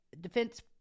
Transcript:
defense